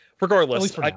regardless